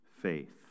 faith